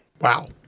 Wow